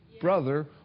brother